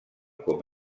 com